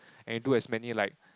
and do as many like